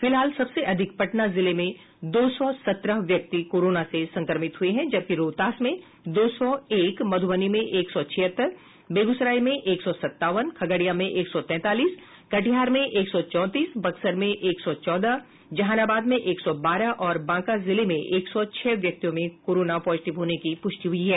फिलहाल सबसे अधिक पटना जिले में दो सौ सत्रह व्यक्ति कोरोना से संक्रमित हुये हैं जबकि रोहतास में दो सौ एक मधुबनी में एक सौ छिहत्तर बेगूसराय में एक सौ सतावन खगड़िया में एक सौ तैंतालीस कटिहार में एक सौ चौतीस बक्सर में एक सौ चौदह जहानाबाद में एक सौ बारह और बांका जिले में एक सौ छह व्यक्तियों में कोरोना पॉजिटिव होने की पुष्टि हुई है